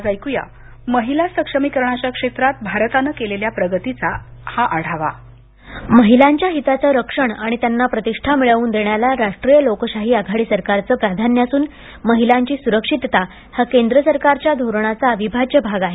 आज ऐकुया महिला सक्षमीकरणाच्या क्षेत्रात भारतानं केलेल्या प्रगतीचा आढावा महिलांच्या हिताचं रक्षण आणि त्यांना प्रतिष्ठा मिळवून देण्याला राष्ट्रीय लोकशाही आघाडी सरकारचं प्राधान्य असून महिलांची सुरक्षितता हा केंद्र सरकारच्या धोरणाचा अविभाज्य भाग आहे